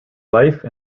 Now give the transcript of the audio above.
life